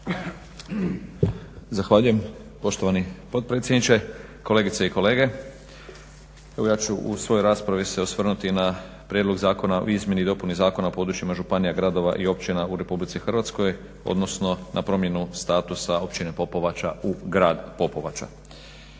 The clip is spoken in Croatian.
Zahvaljujem poštovani potpredsjedniče, kolegice i kolege. Evo ja ću u svojoj raspravi se osvrnuti na prijedlog Zakona o izmjeni i dopuni Zakona o područjima županija, gradova i općina u Republici Hrvatskoj, odnosno na promjenu statusa Općine Popovača u grad Popovača.